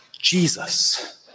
Jesus